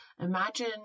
Imagine